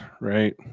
right